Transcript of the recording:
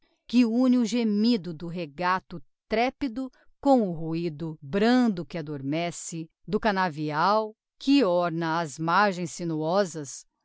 que une o gemido do regato trepido com o ruido brando que adormece do canavial que orna as margens sinuosas